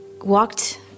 walked